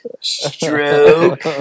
stroke